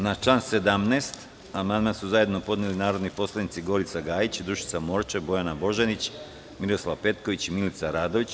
Na član 17. amandman su zajedno podneli narodni poslanici Gorica Gajić, Dušica Morčev, Bojana Božanić, Miroslav Petković i Milica Radović.